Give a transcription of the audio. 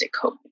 hope